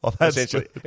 essentially